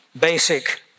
basic